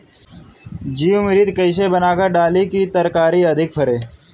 जीवमृत कईसे बनाकर डाली की तरकरी अधिक फरे?